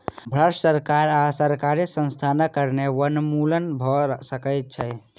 भ्रष्ट सरकार आ सरकारी संस्थानक कारणें वनोन्मूलन भ सकै छै